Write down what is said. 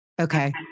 Okay